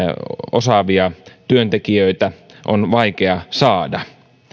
osaavia työntekijöitä on vaikea saada